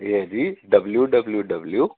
ਇਹ ਹੈ ਜੀ ਡਬਲਿਊ ਡਬਲਿਊ ਡਬਲਿਊ